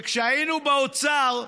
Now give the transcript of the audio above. כשהיינו באוצר,